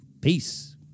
Peace